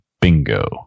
Bingo